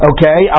Okay